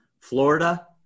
Florida